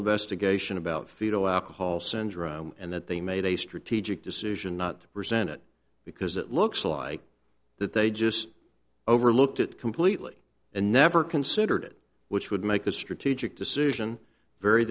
investigation about fetal alcohol syndrome and that they made a strategic decision not to present it because it looks like that they just overlooked it completely and never considered it which would make a strategic decision very